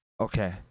Okay